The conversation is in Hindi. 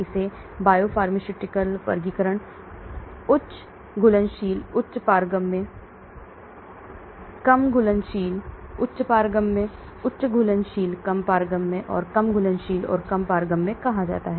इसे बायोफार्मास्यूटिकल वर्गीकरण उच्च घुलनशील उच्च पारगम्य कम घुलनशील उच्च पारगम्य उच्च घुलनशील कम पारगम्य और कम घुलनशील और कम पारगम्य कहा जाता है